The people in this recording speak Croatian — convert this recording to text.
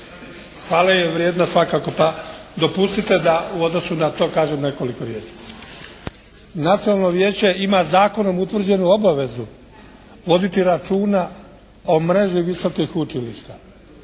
hvale je vrijedna svakako pa dopustite da u odnosu na to kažem nekoliko riječi. Nacionalno vijeće ima zakonom utvrđenu obavezu voditi računa o mreži visokih učilišta,